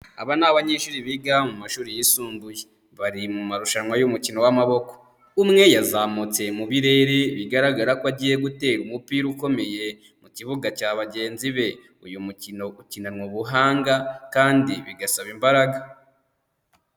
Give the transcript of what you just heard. Aba ni abanyeshuri biga mu mashuri yisumbuye, bari mu marushanwa y'umukino w'amaboko, umwe yazamutse mu birere, bigaragara ko agiye gutera umupira ukomeye mu kibuga cya bagenzi be, uyu mukino ukinanwa ubuhanga kandi bigasaba imbaraga.